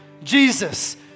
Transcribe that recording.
Jesus